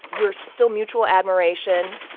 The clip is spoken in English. we're still mutual admiration.